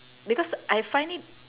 because I find it